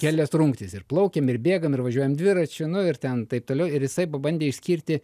kelias rungtis ir plaukiam ir bėgam ir važiuojam dviračiu nu ir ten taip toliau ir jisai pabandė išskirti